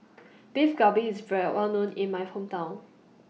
Beef Galbi IS Well A known in My Hometown